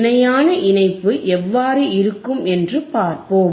இணையான இணைப்பு எவ்வாறு இருக்கும் என்று பார்ப்போம்